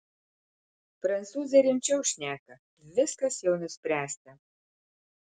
prancūzai rimčiau šneka viskas jau nuspręsta